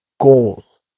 goals